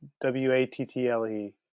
W-A-T-T-L-E